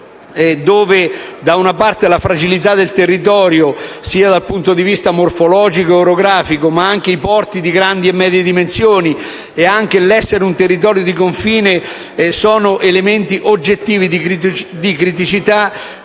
oggettive, la fragilità del territorio, sia dal punto di vista morfologico che orografico, i porti di grandi e medie dimensioni e l'essere un territorio di confine sono elementi oggettivi di criticità.